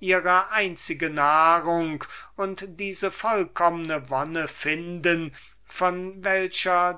ihre einzige nahrung und diese vollkommne wonne finden wovon